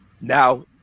Now